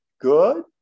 good